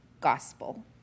gospel